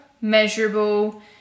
measurable